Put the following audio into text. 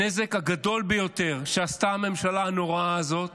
הנזק הגדול ביותר שעשתה הממשלה הנוראה הזאת